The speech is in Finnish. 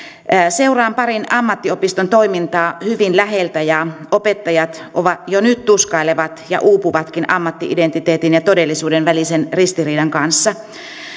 seuraan parin ammattiopiston toimintaa hyvin läheltä ja opettajat jo nyt tuskailevat ja uupuvatkin ammatti identiteetin ja todellisuuden välisen ristiriidan kanssa